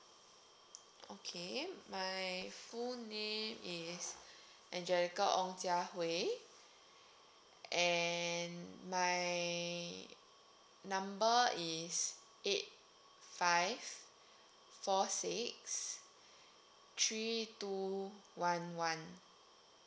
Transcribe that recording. okay my full name is angelica ong jia hui and my number is eight five four six three two one one